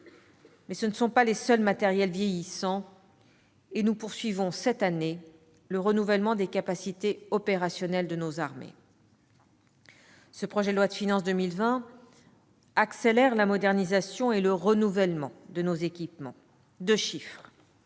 Ce ne sont pas les seuls matériels vieillissants. Nous poursuivons cette année le renouvellement des capacités opérationnelles de nos armées. Ce projet de loi de finances accélère la modernisation et le renouvellement de nos équipements. Je vous